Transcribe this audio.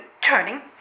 turning